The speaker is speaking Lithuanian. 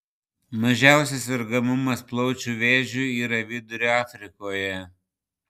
mažiausias sergamumas plaučių vėžiu yra vidurio afrikoje